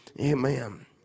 amen